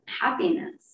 happiness